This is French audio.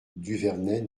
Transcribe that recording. duvernet